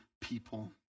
people